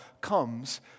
comes